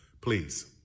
Please